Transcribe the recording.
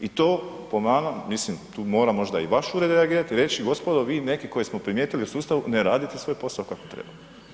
I to po nama, mislim, tu mora možda i vaš ured reagirati i reći, gospodo, vi neki koje smo primijetili u sustavu ne radite svoj posao kako treba.